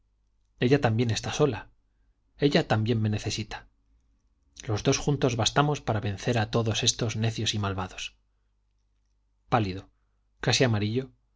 ella también está sola ella también me necesita los dos juntos bastamos para vencer a todos estos necios y malvados pálido casi amarillo